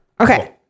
Okay